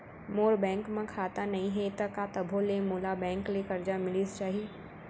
मोर bank म खाता नई हे त का तभो ले मोला बैंक ले करजा मिलिस जाही?